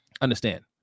understand